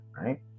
right